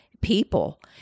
people